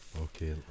Okay